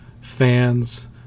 fans